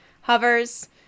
hovers